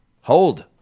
hold